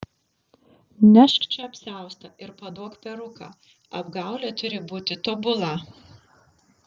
nešk čia apsiaustą ir paduok peruką apgaulė turi būti tobula